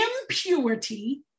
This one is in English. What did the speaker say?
impurity